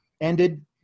ended